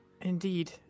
Indeed